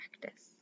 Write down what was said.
practice